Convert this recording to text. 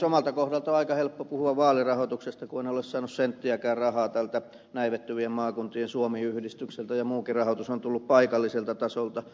omalta kohdalta on aika helppo puhua vaalirahoituksesta kun en ole saanut senttiäkään rahaa tältä näivettyvien maakuntien suomi yhdistykseltä ja muukin rahoitus on tullut paikalliselta tasolta